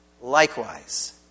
Likewise